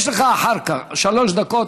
יש לך אחר כך שלוש דקות,